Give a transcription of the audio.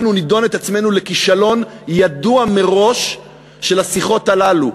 אנחנו נדון את עצמנו לכישלון ידוע מראש של השיחות הללו.